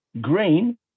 green